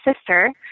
sister